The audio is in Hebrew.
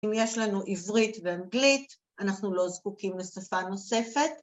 אם יש לנו עברית ואנגלית, אנחנו לא זקוקים לשפה נוספת.